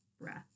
breath